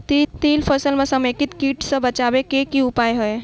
तिल फसल म समेकित कीट सँ बचाबै केँ की उपाय हय?